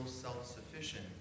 self-sufficient